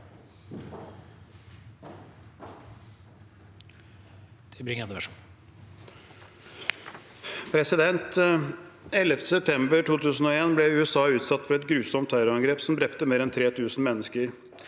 Den 11. september 2001 ble USA utsatt for et grusomt terrorangrep som drepte mer enn 3 000 mennesker.